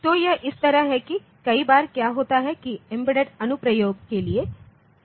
तो यह इस तरह है कि कई बार क्या होता है कि एम्बेडेड अनुप्रयोग के लिए है